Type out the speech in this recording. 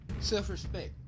self-respect